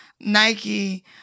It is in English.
Nike